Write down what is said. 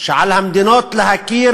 שעל המדינות להכיר